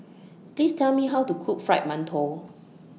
Please Tell Me How to Cook Fried mantou